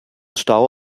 stau